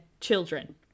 children